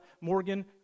Morgan